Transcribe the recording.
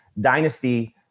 dynasty